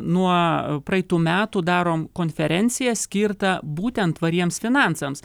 nuo praeitų metų darom konferenciją skirtą būtent tvariems finansams